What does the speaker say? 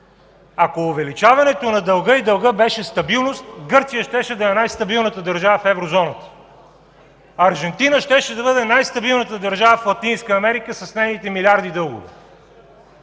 Ако увеличаването на дълга и дългът беше стабилност, Гърция щеше да е най-стабилната държава в Еврозоната. Аржентина щеше да бъде най-стабилната държава в Латинска Америка с нейните милиарди дългове.